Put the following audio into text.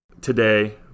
today